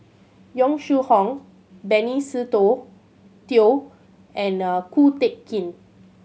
Yong Shu Hoong Benny Se Teo and Ko Teck Kin